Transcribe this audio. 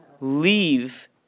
leave